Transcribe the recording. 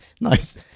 Nice